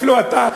אפילו אתה,